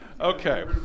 Okay